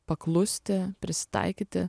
paklusti prisitaikyti